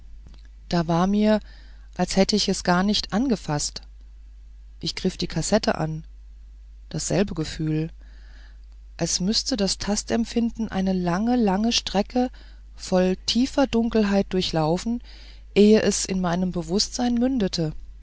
da war mir als hätte ich es gar nicht angefaßt ich griff die kassette an dasselbe gefühl als müßte das tastempfinden eine lange lange strecke voll tiefer dunkelheit durchlaufen ehe es in meinem bewußtsein mündete